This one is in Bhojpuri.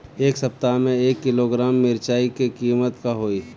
एह सप्ताह मे एक किलोग्राम मिरचाई के किमत का होई?